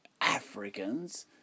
Africans